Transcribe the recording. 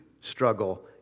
struggle